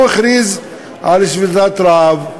הוא הכריז על שביתת רעב.